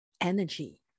energy